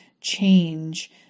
change